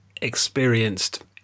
experienced